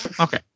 Okay